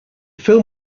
film